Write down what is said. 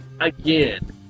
again